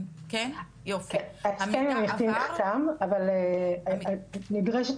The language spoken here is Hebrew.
ההסכם עם עמיתים נחתם, אבל נדרשת